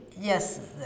Yes